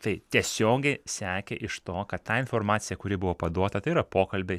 tai tiesiogiai sekė iš to kad tą informaciją kuri buvo paduota tai yra pokalbiai